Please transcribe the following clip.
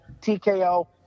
TKO